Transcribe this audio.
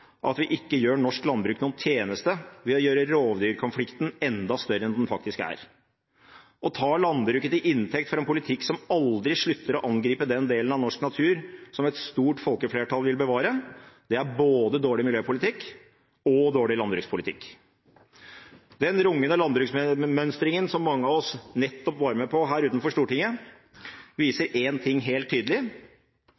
at vi ikke gjør norsk landbruk noen tjeneste ved å gjøre rovdyrkonflikten enda større enn den faktisk er. Å ta landbruket til inntekt for en politikk som aldri slutter å angripe den delen av norsk natur som et stort folkeflertall vil bevare, er både dårlig miljøpolitikk og dårlig landbrukspolitikk. Den rungende landbruksmønstringen som mange av oss nettopp var med på her utenfor Stortinget,